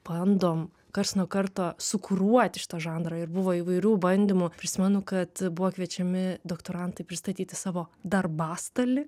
bandom karts nuo karto sukuruoti šitą žanrą ir buvo įvairių bandymų prisimenu kad buvo kviečiami doktorantai pristatyti savo darbastalį